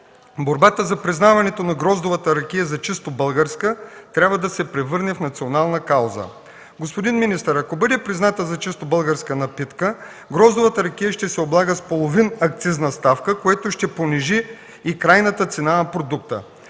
борбата за признаването на гроздовата ракия за чисто българска трябва да се превърне в национална кауза. Господин министър, ако бъде призната за чисто българска напитка, гроздовата ракия ще се облага с половин акцизна ставка, което ще понижи и крайната цена на продукта.